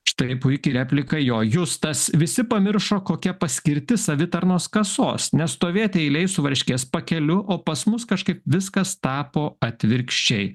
štai puiki replika jo justas visi pamiršo kokia paskirtis savitarnos kasos nestovėti eilėj su varškės pakeliu o pas mus kažkaip viskas tapo atvirkščiai